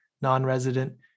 non-resident